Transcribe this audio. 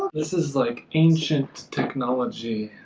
this is like ancient technology